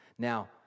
Now